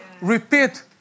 repeat